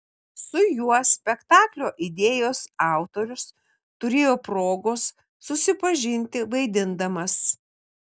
su juo spektaklio idėjos autorius turėjo progos susipažinti vaidindamas